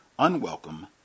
Unwelcome